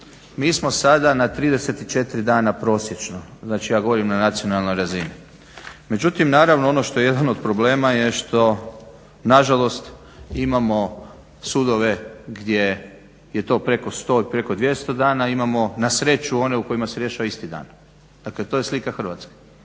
Mi smo sada na 34 dana prosječno. Znači ja govorim na nacionalnoj razini. Međutim naravno što je jedan od problema je što nažalost imamo sudove gdje je to preko sto ili preko dvjesto dana, imamo na sreću one u kojima se rješava isti dan. Dakle to je slika Hrvatske